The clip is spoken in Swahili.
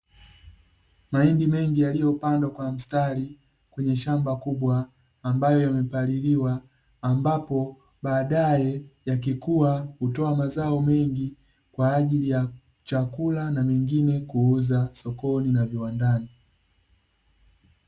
Mahindi mengi yaliyopandwa kwa mstari kwenye shamba kubwa ambayo yamepaliliwa, ambapo baadae yakikua hutoa mazao mengi kwa ajili ya chakula na mengine kuuza sokoni na viwandani.